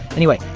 anyway,